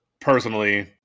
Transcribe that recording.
personally